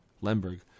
Lemberg